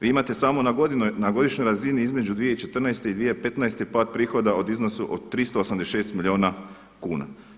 Vi imate samo na godišnjoj razini između 2014. i 2015. pad prihoda u iznosu od 386 milijuna kuna.